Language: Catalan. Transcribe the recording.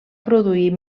produir